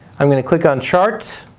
i'm going to click on charts.